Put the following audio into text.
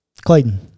Clayton